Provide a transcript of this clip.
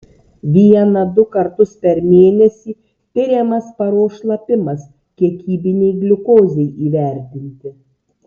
vieną du kartus per mėnesį tiriamas paros šlapimas kiekybinei gliukozei įvertinti